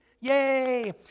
Yay